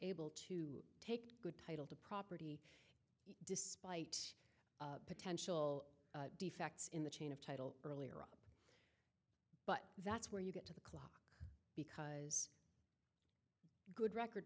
able to take good title to property despite potential defects in the chain of title earlier but that's where you get to the club because good record